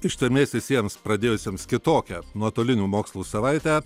ištvermės visiems pradėjusiems kitokią nuotolinių mokslų savaitę